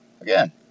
Again